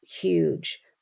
huge